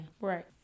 right